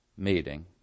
meeting